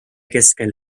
keskel